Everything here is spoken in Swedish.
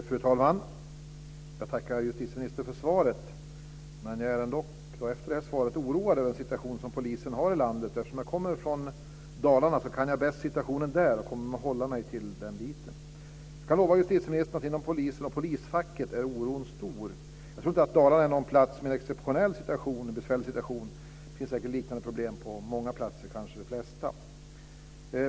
Fru talman! Jag tackar justitieministern för svaret. Jag är ändock efter svaret oroad över den situation som polisen har i landet. Eftersom jag kommer från Dalarna kan jag situationen där bäst och kommer att hålla mig till den delen. Jag kan lova justitieministern att oron är stor inom polisen och polisfacket. Jag tror inte att Dalarna har en exceptionellt besvärlig situation. Det finns säkert liknande problem på många platser, kanske de flesta.